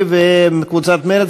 עמר בר-לב,